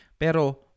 pero